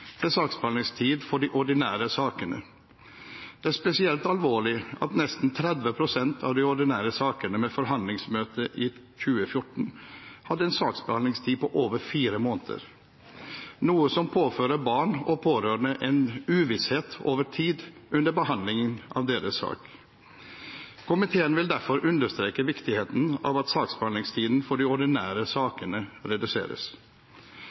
til saksbehandlingstid for de ordinære sakene. Det er spesielt alvorlig at nesten 30 pst. av de ordinære sakene med forhandlingsmøte i 2014 hadde en saksbehandlingstid på over fire måneder, noe som påfører barn og pårørende en uvisshet over tid under behandlingen av deres sak. Komiteen vil derfor understreke viktigheten av at saksbehandlingstiden for de ordinære sakene reduseres.